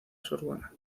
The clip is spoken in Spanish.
sorbona